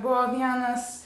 buvo vienas